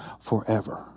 forever